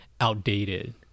outdated